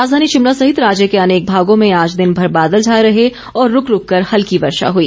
राजधानी शिमला सहित राज्य के अनेक भागों में आज दिनभर बादल छाए रहे और रूक रूक कर हल्की वर्षा हुई